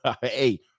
Hey